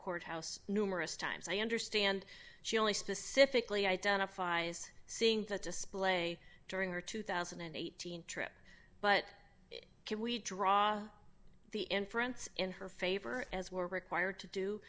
courthouse numerous times i understand she only specifically identified as seeing that display during her two thousand and eighteen trip but can we draw the inference in her favor as we're required to do